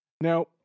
Now